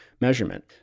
measurement